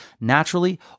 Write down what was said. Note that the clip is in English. naturally